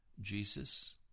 Jesus